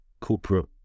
corporate